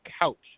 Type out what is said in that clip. couch